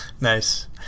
Nice